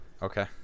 Okay